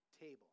table